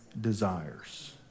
desires